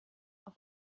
auf